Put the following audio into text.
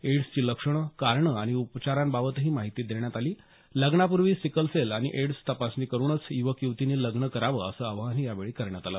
एड्सची लक्षणं कारणं आणि उपचारांबाबतही माहिती देण्यात आली लग्नापूर्वी सिकलसेल आणि एड्स तपासणी करूनच युवक युवतींनी लग्न करावं असं आवाहन यावेळी करण्यात आली